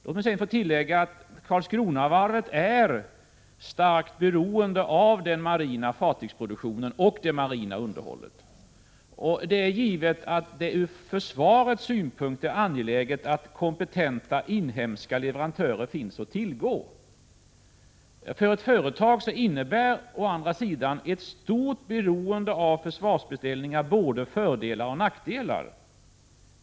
Låt mig tillägga att Karlskronavarvet är starkt beroende av den marina fartygsproduktionen och det marina underhållet. Det är givet att det ur försvarets synpunkt är angeläget att kompetenta inhemska leverantörer finns att tillgå. För ett företag innebär å andra sidan ett stort beroende av försvarsbeställningar både fördelar och nackdelar.